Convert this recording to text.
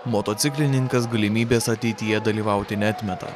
motociklininkas galimybės ateityje dalyvauti neatmeta